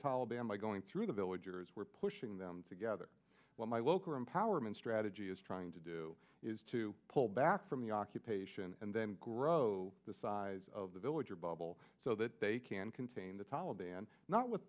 taliban by going through the villagers we're pushing them together when my local empowerment strategy is trying to do is to pull back from the occupation and then grow the size of the village or bubble so that they can contain the taliban not